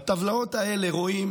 בטבלאות האלה רואים